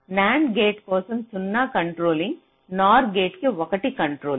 NAND gate కోసం 0 controlling NOR gate 1 controlling